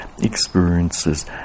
experiences